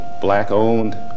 black-owned